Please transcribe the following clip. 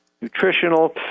nutritional